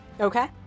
Okay